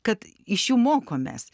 kad iš jų mokomės